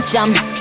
Jump